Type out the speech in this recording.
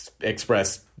express